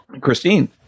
Christine